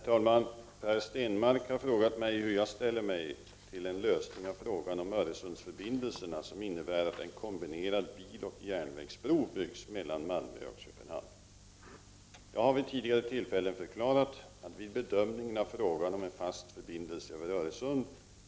Öresundsdelegationen har lagt fram sitt slutbetänkande . Därefter har socialdemokraterna genomfört sitt rådslag om hur man ser på frågan om fasta förbindelser över Öresund. Det bör därmed finnas goda förutsättningar, att förelägga riksdagen ett förslag om byggande av en bro mellan Malmö och Köpenhamn.